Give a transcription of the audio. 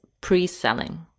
pre-selling